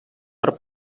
per